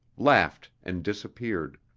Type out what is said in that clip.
laughed and disappeared.